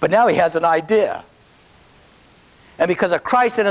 but now he has an idea and because of christ in